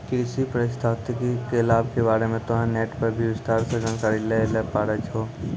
कृषि पारिस्थितिकी के लाभ के बारे मॅ तोहं नेट पर भी विस्तार सॅ जानकारी लै ल पारै छौ